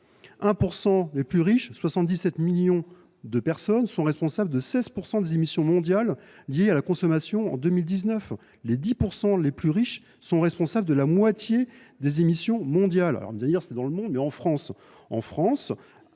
1 % les plus riches, soit 77 millions de personnes, sont responsables de 16 % des émissions mondiales liées à la consommation en 2019. Les 10 % les plus riches sont responsables de la moitié des émissions mondiales ! Dans notre pays, les 1 % les